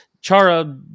chara